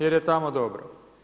Jer je tamo dobro.